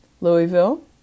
Louisville